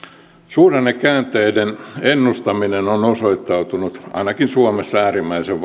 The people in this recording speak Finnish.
suhdannekäänteiden ennustaminen on osoittautunut ainakin suomessa äärimmäisen